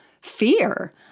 fear